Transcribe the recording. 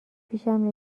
پیشم